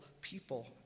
people